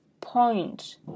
point